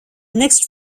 next